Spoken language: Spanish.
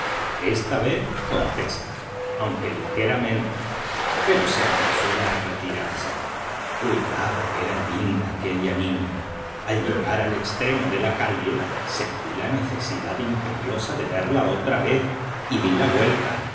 esta vez contesta aunque ligeramente pero se apresura a retirarse cuidado que era linda aquella niña al llegar al extremo de la calle sentí la necesidad imperiosa de verla otra vez y di la vuelta